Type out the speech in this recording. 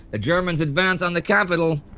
the germans advance on the capital,